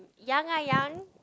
Yang ah Yang